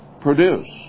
produce